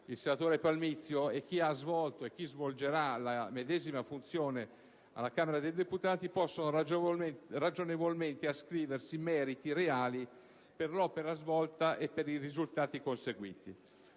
il senatore Palmizio, chi ha svolto e chi svolgerà la medesima funzione alla Camera dei deputati, possano ragionevolmente ascriversi meriti reali per l'opera realizzata e per i risultati conseguiti.